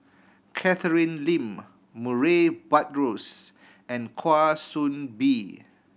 Catherine Lim Murray Buttrose and Kwa Soon Bee